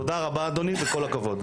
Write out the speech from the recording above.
תודה רבה אדוני וכל הכבוד.